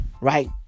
right